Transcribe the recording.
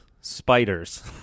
Spiders